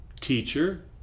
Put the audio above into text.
Teacher